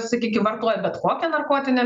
sakykim vartojo bet kokią narkotinę